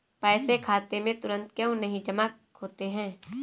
पैसे खाते में तुरंत क्यो नहीं जमा होते हैं?